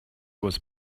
was